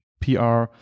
PR